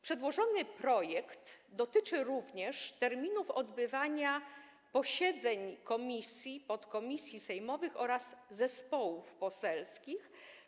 Przedłożona regulacja dotyczy również terminów odbywania posiedzeń komisji, podkomisji sejmowych oraz zespołów poselskich.